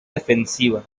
defensiva